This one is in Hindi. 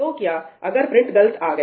तो क्या अगर प्रिंट गलत आ गया